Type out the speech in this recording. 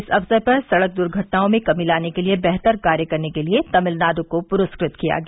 इस अक्सर पर सड़क दुर्घटनाओं में कमी लाने के लिए बेहतर कार्य करने के लिए तमिलनाडु को पुरस्कृत किया गया